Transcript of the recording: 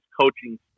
coaching